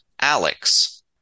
Alex